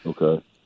Okay